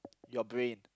your brain